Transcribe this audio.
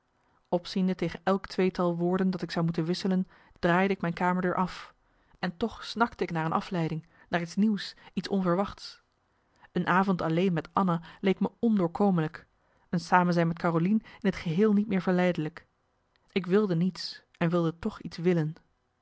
opziende tegen elk tweetal woorden dat ik zou moeten wisselen draaide ik mijn kamerdeur af en toch snakte ik naar een afleiding naar iets nieuws iets onverwachts een avond alleen met anna leek me ondoorkomelijk een samenzijn met carolien in t geheel niet meer verleidelijk ik wilde niets en wilde toch iets willen